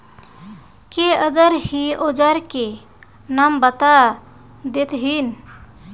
के अंदर ही औजार के नाम बता देतहिन?